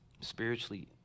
Spiritually